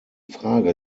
frage